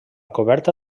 coberta